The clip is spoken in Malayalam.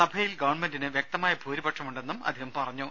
സഭയിൽ ഗവൺമെന്റിന് വ്യക്തമായ ഭൂരിപക്ഷമുണ്ടെന്നും അദ്ദേഹം പറഞ്ഞു